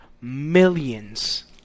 millions